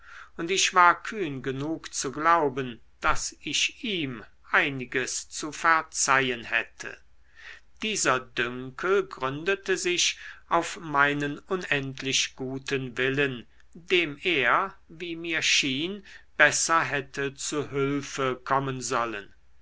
und ich war kühn genug zu glauben daß ich ihm einiges zu verzeihen hätte dieser dünkel gründete sich auf meinen unendlich guten willen dem er wie mir schien besser hätte zu hülfe kommen sollen